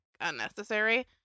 unnecessary